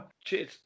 Cheers